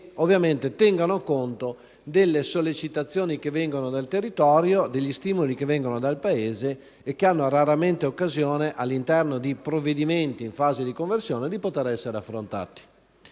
ovviamente tengano conto delle sollecitazioni provenienti dal territorio, degli stimoli che vengono dal Paese e che hanno raramente occasione, all'interno di provvedimenti in fase di conversione, di poter essere affrontati.